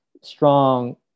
strong